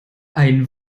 ein